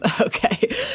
Okay